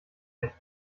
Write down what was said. nicht